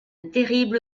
terrible